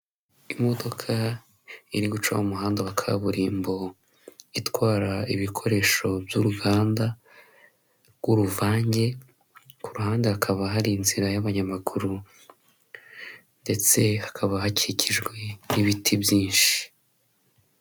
Imodoka iri guca mu muhanda wa kaburimbo itwara ibikoresho by'uruganda rw'uruvange kuruhande hakaba hari inzira y'abanyamaguru ndetse hakaba hakikijwe n'ibiti byinshi.